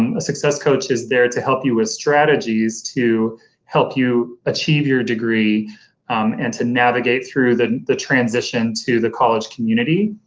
um a success coach is there to help you with strategies to help you achieve your degree and to navigate through the the transition to the college community,